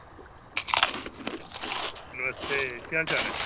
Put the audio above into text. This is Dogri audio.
नमस्ते के हाल चाल ऐ